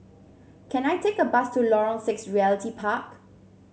can I take a bus to Lorong Six Realty Park